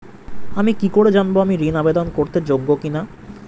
আমি কি করে জানব আমি ঋন আবেদন করতে যোগ্য কি না?